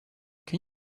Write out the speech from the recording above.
can